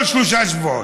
כל שלושה שבועות.